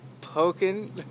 poking